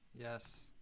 Yes